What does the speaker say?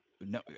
No